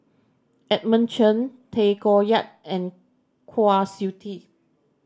Edmund Chen Tay Koh Yat and Kwa Siew Tee